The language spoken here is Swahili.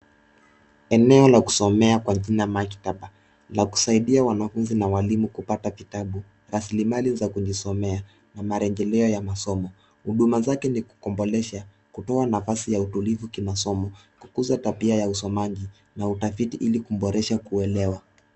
Eneo la kusomsa kwa jina maktaba, la kusaidia wanafunzi na walimu kupata kitabu, rasilimali za kujisomea na marejeleo ya masomo. Huduma zake ni kukombolesha, kutoa nafasi ya utulivu kimasomo, kukuza tabia ya usomaji na utafiti ili kuboresha kuelewa.